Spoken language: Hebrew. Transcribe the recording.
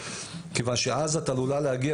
כיוון שאז את עלולה להגיע,